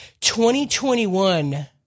2021